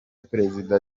perezida